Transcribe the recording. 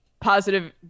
positive